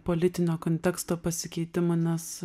politinio konteksto pasikeitimu nes